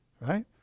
right